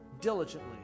diligently